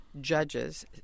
judges